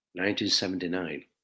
1979